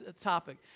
topic